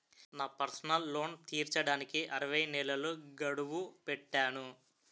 నా personal loan తీర్చడానికి అరవై నెలల గడువు పెట్టాను